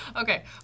Okay